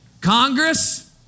Congress